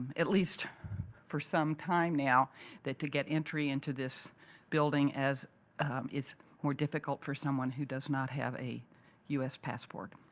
at least for some time now that to get entry into this building as it's more difficult for someone who does not have a u s. passport.